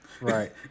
Right